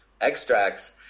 extracts